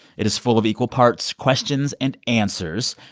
it is full of equal parts questions and answers.